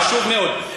חשוב מאוד,